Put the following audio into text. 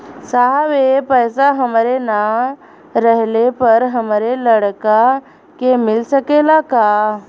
साहब ए पैसा हमरे ना रहले पर हमरे लड़का के मिल सकेला का?